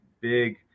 big